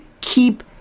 keep